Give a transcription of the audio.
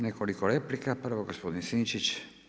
Nekoliko replika, prva gospodin Sinčić.